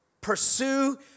pursue